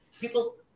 People